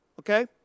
Okay